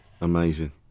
Amazing